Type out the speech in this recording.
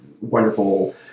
wonderful